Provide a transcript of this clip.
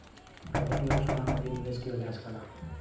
property आउर सोना में भी निवेश किहल जा सकला